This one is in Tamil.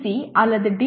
சி அல்லது டி